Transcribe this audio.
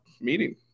meeting